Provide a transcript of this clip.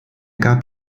gab